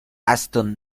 aston